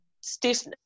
stiffness